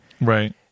right